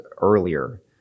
earlier